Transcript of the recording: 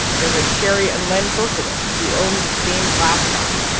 there was sherry and len berkowitz, who owned the stained-glass shop.